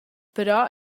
però